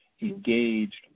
engaged